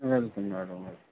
welcome madam well